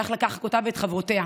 הלך לקחת אותה ואת חברותיה,